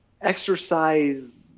exercise